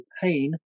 pain